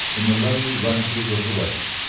in the lonely ranches of the west,